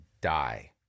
die